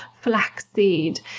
flaxseed